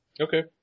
Okay